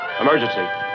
Emergency